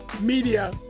media